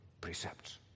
precepts